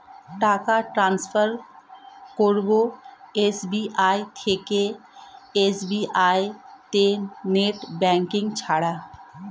টাকা টান্সফার করব এস.বি.আই থেকে এস.বি.আই তে নেট ব্যাঙ্কিং ছাড়া?